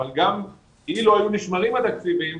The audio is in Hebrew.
אבל גם אילו היו נשמרים התקציבים,